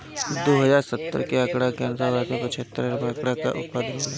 दू हज़ार सत्रह के आंकड़ा के अनुसार भारत में पचहत्तर अरब अंडा कअ उत्पादन होला